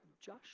Josh